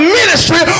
ministry